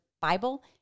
Bible